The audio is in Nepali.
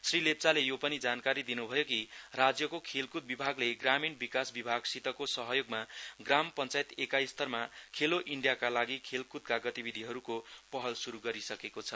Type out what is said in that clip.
श्री लेप्चाले यो पनि जानकारी दिनुभयो कि राज्यको खेलकुद विभागले ग्रामीण विकास विभागसितको सहयोगमा ग्राम पञ्चायत एकाई स्तरमा खेलो इण्डियाका लागि खेलकूदका गतिविधिहरुको पहल सुरु गरिसकिएको छ